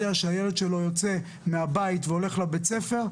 שהילד שלו יוצא מהבית והולך לבית הספר,